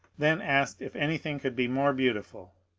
then asked if anything could be more beautiful.